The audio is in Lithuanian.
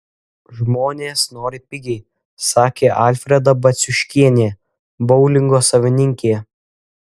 žmonės nori pigiai sakė alfreda baciuškienė boulingo savininkė